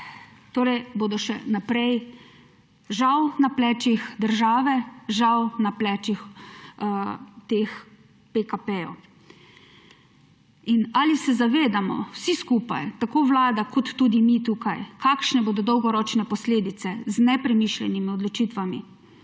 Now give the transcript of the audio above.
Torej bodo še naprej žal na plečih države, žal na plečih teh PKP. Ali se zavedamo vsi skupaj, tako vlada kot tudi mi tukaj, kakšne bodo dolgoročne posledice z nepremišljenimi odločitvami,